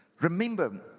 Remember